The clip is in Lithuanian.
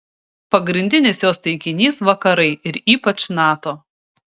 pagrindinis jos taikinys vakarai ir ypač nato